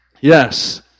Yes